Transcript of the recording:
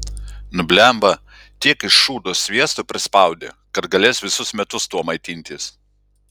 nu blemba tiek iš šūdo sviesto prisispaudė kad galės visus metus tuo maitintis